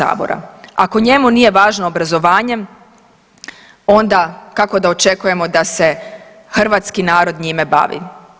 Ako njemu nije važno obrazovanje, onda kako da očekujemo da se hrvatski narod njime bavi.